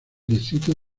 distrito